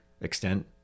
extent